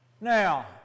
Now